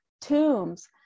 tombs